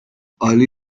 early